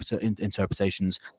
interpretations